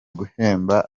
guhemba